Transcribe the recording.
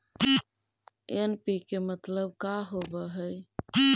NPK मतलब का होव हइ?